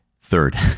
Third